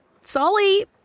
Sully